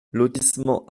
lotissement